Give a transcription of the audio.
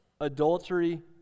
adultery